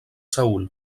seül